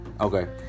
Okay